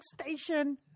Station